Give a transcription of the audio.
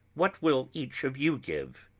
what will each of you give?